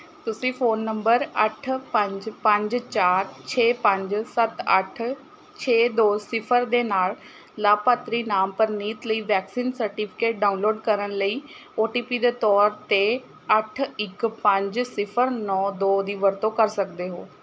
ਤੁਸੀਂ phone number ਅੱਠ ਪੰਜ ਪੰਜ ਚਾਰ ਛੇ ਪੰਜ ਸੱਤ ਅੱਠ ਛੇ ਦੋ ਸਿਫ਼ਰ ਦੇ ਨਾਲ ਲਾਭਪਾਤਰੀ ਨਾਮ ਪ੍ਰਨੀਤ ਲਈ ਵੈਕਸੀਨ ਸਰਟੀਫਿਕੇਟ ਡਾਊਨਲੋਡ ਕਰਨ ਲਈ ਓ ਟੀ ਪੀ ਦੇ ਤੌਰ 'ਤੇ ਅੱਠ ਇੱਕ ਪੰਜ ਸਿਫ਼ਰ ਨੌ ਦੋ ਦੀ ਵਰਤੋਂ ਕਰ ਸਕਦੇ ਹੋ